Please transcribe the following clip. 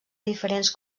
diferents